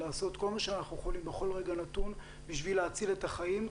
לעשות כל מה שאנחנו יכולים בכל רגע נתון בשביל להציל את החיים.